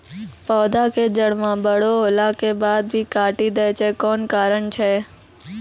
पौधा के जड़ म बड़ो होला के बाद भी काटी दै छै कोन कारण छै?